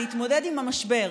להתמודד עם המשבר.